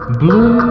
blue